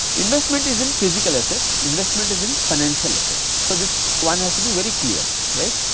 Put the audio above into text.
investment is in physical assets, investment is in financial assets so this one has to be very clear right.